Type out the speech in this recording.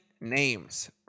names